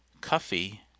Cuffy